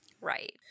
Right